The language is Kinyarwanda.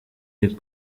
iyi